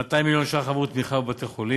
200 מיליון ש"ח עבור תמיכה בבתי-חולים,